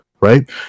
right